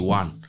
one